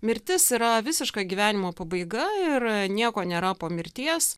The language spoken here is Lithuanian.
mirtis yra visiška gyvenimo pabaiga ir nieko nėra po mirties